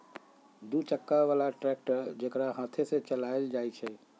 दू चक्का बला ट्रैक्टर जेकरा हाथे से चलायल जाइ छइ